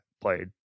played